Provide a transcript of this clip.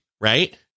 right